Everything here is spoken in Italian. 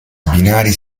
binari